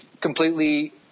completely